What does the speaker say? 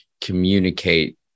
communicate